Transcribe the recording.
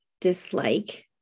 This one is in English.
dislike